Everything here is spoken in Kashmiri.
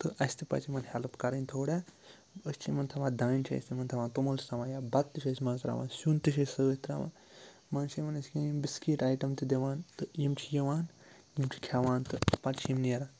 تہٕ اَسہِ تہِ پَزِ یِمَن ہٮ۪لٕپ کَرٕنۍ تھوڑا أسۍ چھِ یِمَن تھاوان دانہِ چھِ أسۍ تِمَن تھاوان توٚمُل چھِ تھاوان یا بَتہٕ تہِ چھِ أسۍ منٛزٕ ترٛاوان سیُن تہِ چھِ أسۍ سۭتۍ ترٛاوان منٛز چھِ یِمَن أسۍ کینٛہہ یِم بِسکیٖٹ آیٹَم تہِ دِوان تہٕ یِم چھِ یِوان یِم چھِ کھٮ۪وان تہٕ پَتہٕ چھِ یِم نیران